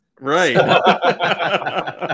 Right